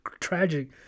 tragic